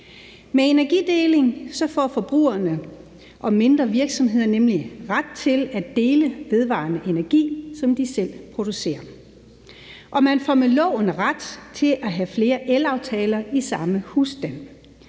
Med energideling får forbrugerne og mindre virksomheder nemlig ret til at dele vedvarende energi, som de selv producerer, og man får med loven ret til at have flere elaftaler i samme husstand,